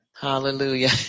Hallelujah